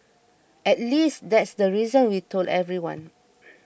at least that's the reason we told everyone